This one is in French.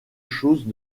choses